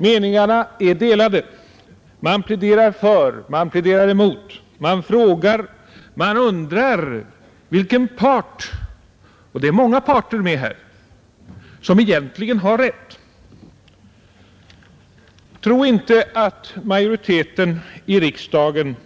Meningarna är delade. Man pläderar för. Man pläderar emot. Man frågar. Man undrar vilken part — och det är många parter med här — som egentligen har rätt. Tro inte att majoriteten i riksdagen